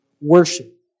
worship